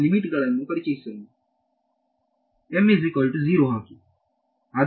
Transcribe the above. ನಾವು ಲಿಮಿಟ್ ಗಳನ್ನು ಪರಿಶೀಲಿಸೋಣ ಹಾಕಿ